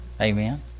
Amen